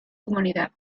comunidad